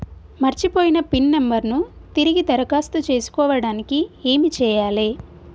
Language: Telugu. మర్చిపోయిన పిన్ నంబర్ ను తిరిగి దరఖాస్తు చేసుకోవడానికి ఏమి చేయాలే?